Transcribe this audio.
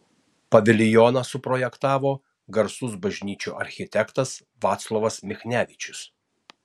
paviljoną suprojektavo garsus bažnyčių architektas vaclovas michnevičius